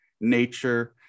nature